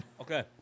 Okay